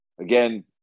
again